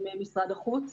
עם משרד החוץ.